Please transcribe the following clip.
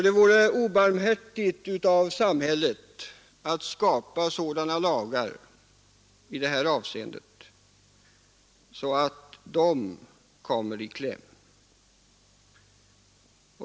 Det vore obarmhärtigt av samhället att skapa sådana lagar i det här avseendet att dessa människor kommer i kläm.